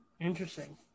Interesting